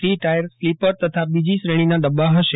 three tier sleeper તથા બીજી શ્રેણીના ડબ્બા હશે